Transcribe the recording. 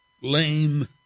lame